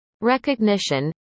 Recognition